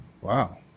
wow